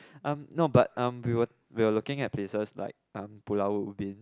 um no but um were we were looking at places like um Pulau-Ubin